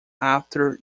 after